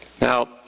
Now